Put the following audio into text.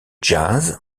jazz